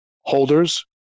holders